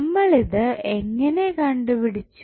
നമ്മൾ ഇത് എങ്ങനെ കണ്ടുപിടിച്ചു